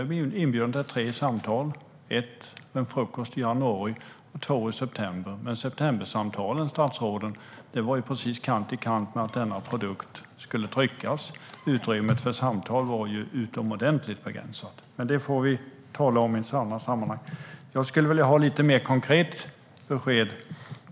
Jag blev inbjuden till tre samtal, ett var vid en frukost i januari och två var i september. Men septembersamtalen, statsrådet, var precis kant i kant med att denna produkt skulle tryckas. Utrymmet för samtal var utomordentligt begränsat. Det får vi tala om i ett annat sammanhang. Jag vill ha lite mer konkret besked.